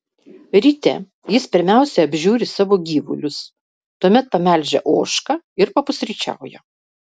ryte jis pirmiausia apžiūri savo gyvulius tuomet pamelžia ožką ir papusryčiauja